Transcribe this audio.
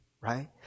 right